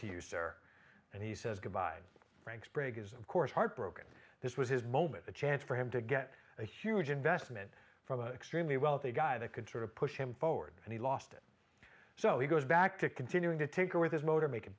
to you sir and he says goodbye frank sprague is of course heartbroken this was his moment the chance for him to get a huge investment from a extremely wealthy guy that could sort of push him forward and he lost it so he goes back to continuing to tinker with his motor mak